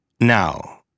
Now